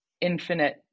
infinite